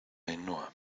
ainhoa